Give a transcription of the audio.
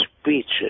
speeches